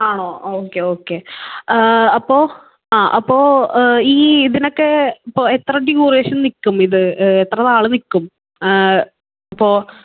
ആണോ okay okay അപ്പോൾ ആ അപ്പോൾ ഈ ഇതിനൊക്കെ ഇപ്പോൾ എത്ര ഡ്യൂറേഷൻ നിൽക്കും ഇത് എത്ര നാള് നിൽക്കും ഇപ്പോൾ